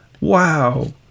Wow